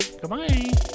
goodbye